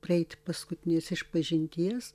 prieiti paskutinės išpažinties